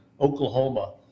Oklahoma